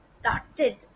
started